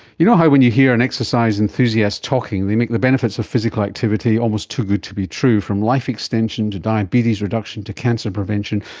you know how when you hear an exercise enthusiastic talking, they make the benefits of physical activity almost too good to be true, from life extension, to diabetes reduction, to cancer prevention,